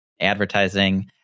advertising